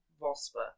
Vosper